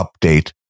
update